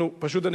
פשוט,